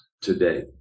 today